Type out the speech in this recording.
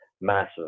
massive